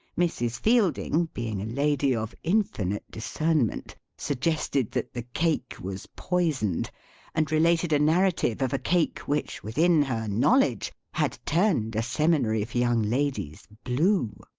mrs. fielding, being a lady of infinite discernment, suggested that the cake was poisoned and related a narrative of a cake, which, within her knowledge, had turned a seminary for young ladies, blue.